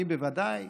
אני בוודאי,